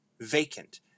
Vacant